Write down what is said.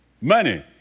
money